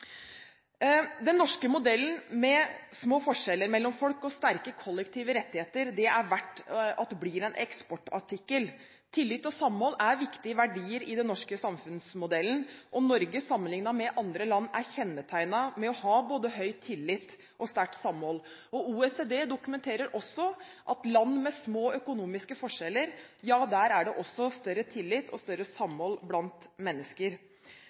Den norske modellen med små forskjeller mellom folk og sterke kollektive rettigheter er verd å bli en eksportartikkel. Tillit og samhold er viktige verdier i den norske samfunnsmodellen, og Norge, sammenliknet med andre land, er kjennetegnet ved å ha både høy tillit og sterkt samhold. OECD dokumenterer også at i land med små økonomiske forskjeller er det større tillit og større samhold blant mennesker.